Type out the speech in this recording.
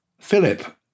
Philip